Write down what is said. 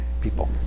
people